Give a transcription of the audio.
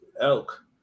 Elk